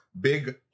big